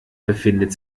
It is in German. befindet